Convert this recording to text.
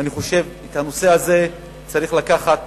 ואני חושב שצריך לקחת